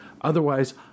otherwise